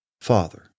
Father